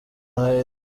noheli